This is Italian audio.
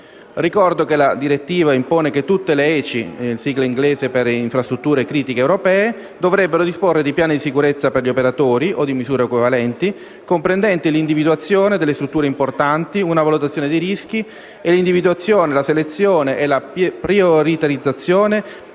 Ricordo che la direttiva impone che tutte le ECI (infrastrutture critiche europee) dovrebbero disporre di piani di sicurezza per gli operatori o di misure equivalenti, comprendenti l'individuazione delle strutture importanti, una valutazione dei rischi e l'individuazione, la selezione e la prioritarizzazione